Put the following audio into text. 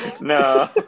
No